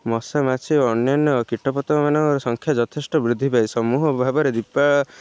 ମଶା ମାଛି ଅନ୍ୟାନ୍ୟ କୀଟପତଙ୍ଗମାନଙ୍କର ସଂଖ୍ୟା ଯଥେଷ୍ଟ ବୃଦ୍ଧି ପାଏ ସମୂହ ଭାବରେ ଦୀପା